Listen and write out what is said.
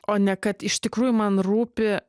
o ne kad iš tikrųjų man rūpi